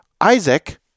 Isaac